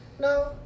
No